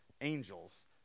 angels